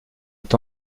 est